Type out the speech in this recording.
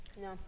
No